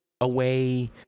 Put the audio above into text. away